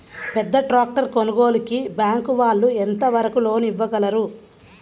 పెద్ద ట్రాక్టర్ కొనుగోలుకి బ్యాంకు వాళ్ళు ఎంత వరకు లోన్ ఇవ్వగలరు?